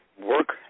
work